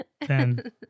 Ten